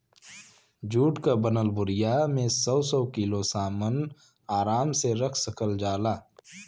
जुट क बनल बोरिया में सौ सौ किलो सामन आराम से रख सकल जाला